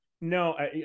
No